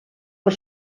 per